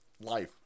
life